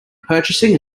purchasing